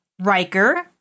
Riker